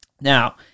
Now